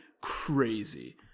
crazy